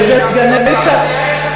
וזה סגני שרים,